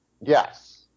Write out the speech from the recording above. Yes